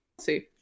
See